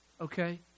Okay